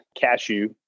cashew